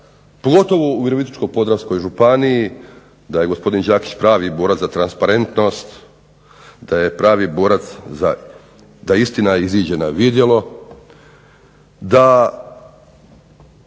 pogotovo u Virovitičko-podravskoj županiji da je gospodin Đakić pravi borac za transparentnost, da je pravi borac da istina izađe na vidjelo, da